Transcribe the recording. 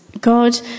God